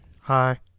Hi